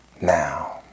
Now